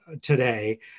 today